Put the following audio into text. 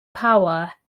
power